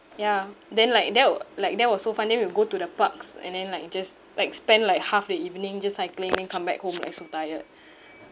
yeah then like that wa~ like that was so fun then we'll go to the parks and then like just like spend like half the evening just cycling then come back home like so tired